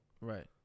Right